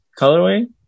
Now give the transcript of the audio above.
colorway